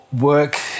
work